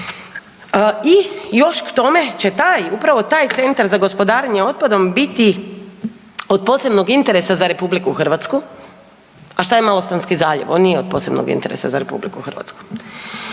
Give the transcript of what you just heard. I još k tome će taj, upravo taj centar za gospodarenje otpadom biti od posebnog interesa za RH, a što je Malostonski zaljev, on nije od posebnog interesa za RH? Dalje,